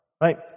Right